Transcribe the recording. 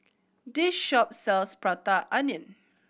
this shop sells Prata Onion